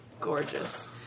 Gorgeous